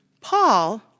Paul